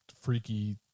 freaky